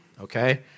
Okay